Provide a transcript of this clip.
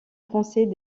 français